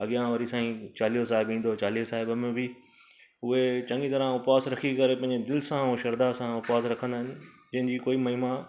अॻियां वरी साईं चालीहो साहिब ईंदो चालीह साहिब में बि उहे चङी तराह उपवासु रखी करे पंहिंजे दिलि सां ऐं शरदा सां उपवासु रखंदा आहिनि जंहिंजी कोई महिमा